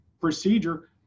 procedure